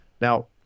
Now